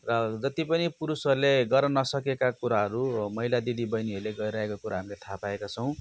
र जति पनि पुरुषहरूले गर्न नसकेका कुराहरू महिला दिदी बहिनीहरूले गरिरहेका कुराहरू हामीले थाहा पाएका छौँ